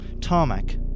tarmac